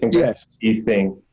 think yeah you think,